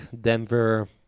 Denver